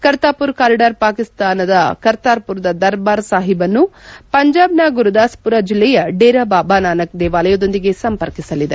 Kartarpur corridor ಪಾಕಿಸ್ತಾನದ ಕರ್ತಾಪುರ್ ದ ದರ್ಬಾರ್ ಸಾಹಿಬ್ ಅನ್ನು ರಂಜಾಬ್ ನ ಗುರುದಾಸ್ ಪುರ ಜಿಲ್ಲೆಯ ಡೇರಾ ಬಾಬಾ ನಾನಕ್ ದೇವಾಲಯದೊಂದಿಗೆ ಸಂಪರ್ಕಿಸಲಿದೆ